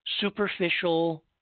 superficial